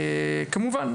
כמובן,